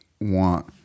want